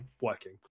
working